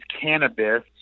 cannabis